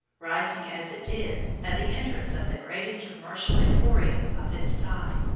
rising, as it did, at the entrance of the greatest commercial emporium of its time,